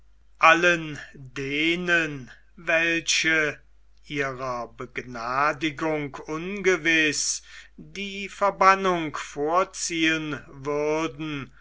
allen denen welche ihrer begnadigung ungewiß die verbannung vorziehen würden